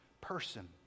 person